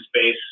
space